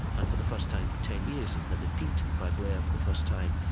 and for the first time for ten years, since their defeat by blair for the first time,